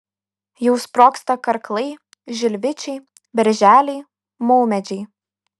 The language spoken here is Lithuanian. jau sprogsta karklai žilvičiai berželiai maumedžiai